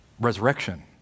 resurrection